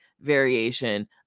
variation